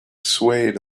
swayed